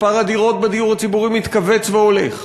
מספר הדירות בדיור הציבורי מתכווץ והולך,